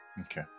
Okay